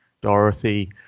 Dorothy